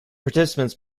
participants